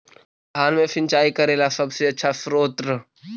धान मे सिंचाई करे ला सबसे आछा स्त्रोत्र?